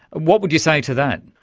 what would you say to that?